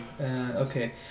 Okay